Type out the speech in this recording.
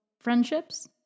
friendships